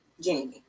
Jamie